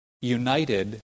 united